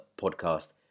podcast